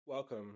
Welcome